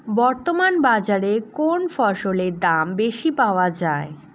বর্তমান বাজারে কোন ফসলের দাম বেশি পাওয়া য়ায়?